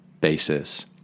basis